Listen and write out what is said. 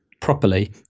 properly